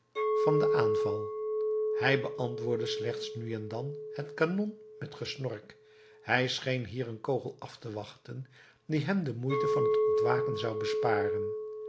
van den aanval hij beantwoordde slechts nu en dan het kanon met gesnork hij scheen hier een kogel af te wachten die hem de moeite van te ontwaken zou besparen